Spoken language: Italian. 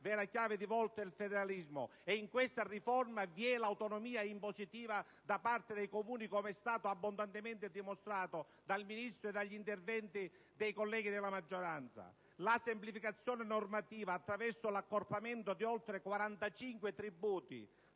vera chiave di volta del federalismo. E in questa riforma vi è l'autonomia impositiva da parte dei Comuni, come è stato abbondantemente dimostrato dal Ministro e dagli interventi dei senatori della maggioranza. La semplificazione normativa, attraverso l'accorpamento di oltre 45 tributi